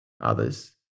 others